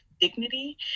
dignity